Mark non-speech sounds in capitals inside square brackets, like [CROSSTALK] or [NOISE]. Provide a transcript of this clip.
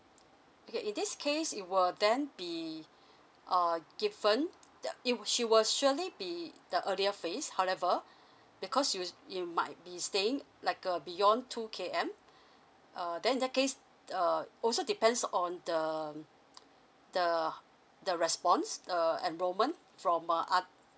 okay in this case it will then be uh given uh it will she will surely be the earlier phase however because you you might be staying like a beyond two K_M [BREATH] uh then in that case uh also depends on the um [NOISE] the the response err enrollment from uh ot~